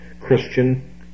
Christian